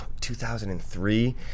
2003